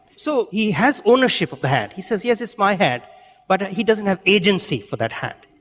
so he has ownership of the hand, he says yes it's my hand but he doesn't have agency for that hand,